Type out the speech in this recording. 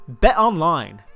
Betonline